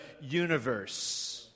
universe